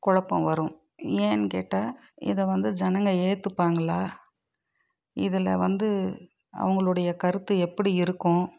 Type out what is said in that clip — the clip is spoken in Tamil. குழப்பம் வரும் ஏன்னு கேட்டால் இதை வந்து ஜனங்க ஏற்றுப்பாங்களா இதில் வந்து அவங்களுடைய கருத்து எப்படி இருக்கும்